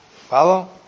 follow